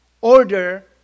order